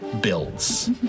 builds